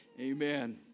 Amen